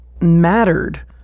mattered